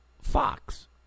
Fox